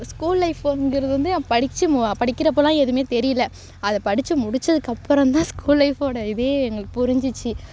school லைஃபுங்கிறது வந்து படித்து படிக்கிறப்போல்லாம் எதுவுமே தெரியல அதை படித்து முடித்ததுக்கப்பறந்தான் ஸ்கூல் லைஃப்போட இதே எங்களுக்கு புரிஞ்சுச்சி